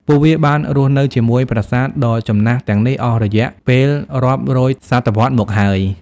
ពួកវាបានរស់នៅជាមួយប្រាសាទដ៏ចំណាស់ទាំងនេះអស់រយៈពេលរាប់រយសតវត្សរ៍មកហើយ។